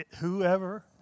Whoever